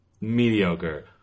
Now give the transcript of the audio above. mediocre